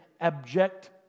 abject